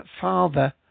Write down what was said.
father